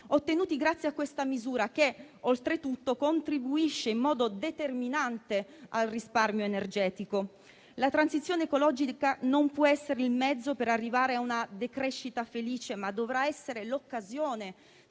ottenuti grazie a questa misura che, oltretutto, contribuisce in modo determinante al risparmio energetico. La transizione ecologica non può essere il mezzo per arrivare a una decrescita felice, ma dovrà essere l'occasione